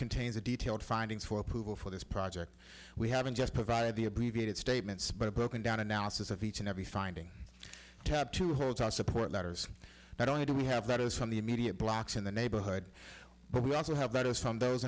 contains a detailed findings for approval for this project we haven't just provided the abbreviated statements but a broken down analysis of each and every finding tab to support letters not only do we have that is from the immediate blocks in the neighborhood but we also have that us from those